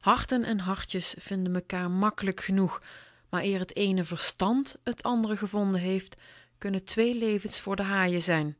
harten en hartjes vinden mekaar makkelijk genoeg maar eer t eene v e r s t a n d t andere gevonden heeft kunnen twee levens voor de haaien zijn